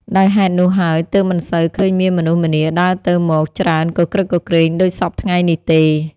ដោយហេតុនោះហើយ ទើបមិនសូវឃើញមានមនុស្សម្នាដើរទៅ-មក ច្រើនគគ្រឹកគគ្រេងដូចសព្វថ្ងៃនេះទេ